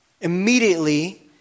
immediately